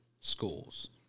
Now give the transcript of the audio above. schools